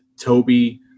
Toby